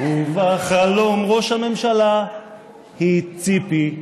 // ובחלום ראש הממשלה היא ציפי,